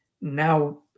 now